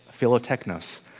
philotechnos